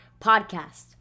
podcast